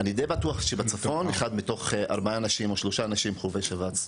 אני די בטוח שבצפון אחד מתוך ארבעה או שלושה אנשים חווה שבץ.